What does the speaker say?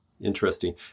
Interesting